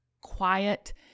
quiet